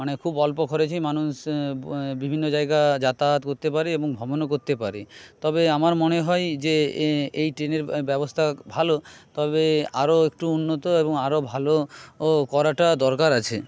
মানে খুব অল্প খরচেই মানুষ বিভিন্ন জায়গা যাতায়াত করতে পারে এবং ভ্রমণও করতে পারে তবে আমার মনে হয় যে এই ট্রেনের ব্যবস্থা ভালো তবে আরো একটু উন্নত এবং আরো ভালো করাটা দরকার আছে